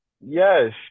Yes